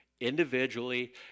individually